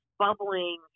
bubbling